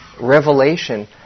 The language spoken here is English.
revelation